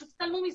פשוט התעלמו מזה.